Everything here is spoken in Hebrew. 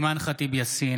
אימאן ח'טיב יאסין,